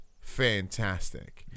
fantastic